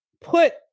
put